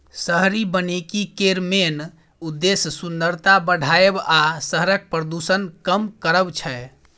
शहरी बनिकी केर मेन उद्देश्य सुंदरता बढ़ाएब आ शहरक प्रदुषण कम करब छै